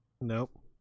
Nope